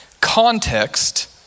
context